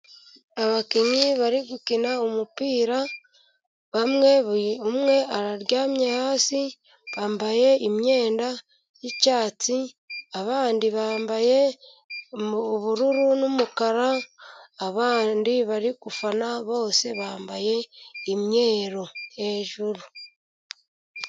Abakinnyi bari gukina umupira，bamwe buri umwe araryamye hasi， bambaye imyenda y'icyatsi， abandi bambaye ubururu n'umukara， abandi bari gufana bose bambaye imyeru hejuru.